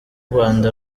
rwanda